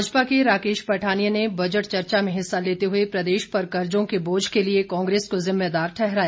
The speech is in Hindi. भाजपा के राकेश पठानिया ने बजट चर्चा में हिस्सा लेते हुए प्रदेश पर कर्जो के बोझ के लिए कांग्रेस को जिम्मेदार ठहराया